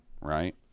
right